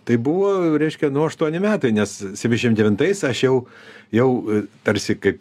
tai buvo reiškia nu aštuoni metai nes septyniasdešim devintais aš jau jau tarsi kaip